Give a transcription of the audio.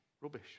rubbish